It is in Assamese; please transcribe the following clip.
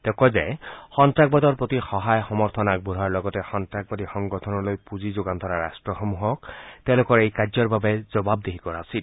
তেওঁ কয় যে সন্নাসবাদৰ প্ৰতি সহায় সমৰ্থন আগবঢ়োৱাৰ লগতে সন্তাসবাদী সংগঠনলৈ পুঁজি যোগান ধৰা ৰাট্টসমূহক তেওঁলোকৰ এই কাৰ্যৰ বাবে জবাবদিহি কৰা উচিত